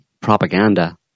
propaganda